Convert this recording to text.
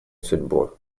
судьбу